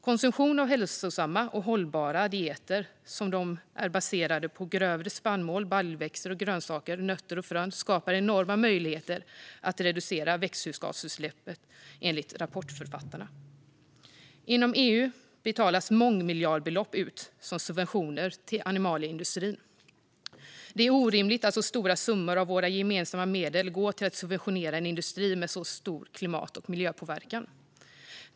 Konsumtion av hälsosamma och hållbara dieter som är baserade på grövre spannmål, baljväxter, grönsaker, nötter och frön skapar enorma möjligheter att reducera växthusgasutsläpp, enligt rapportförfattarna. Inom EU betalas mångmiljardbelopp ut som subventioner till animalieindustrin. Det är orimligt att så stora summor av våra gemensamma medel går till att subventionera en industri med så pass stor klimat och miljöpåverkan.